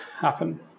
happen